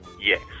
Yes